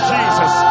Jesus